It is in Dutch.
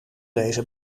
deze